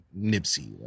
Nipsey